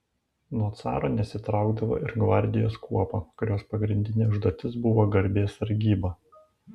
nuo caro nesitraukdavo ir gvardijos kuopa kurios pagrindinė užduotis buvo garbės sargyba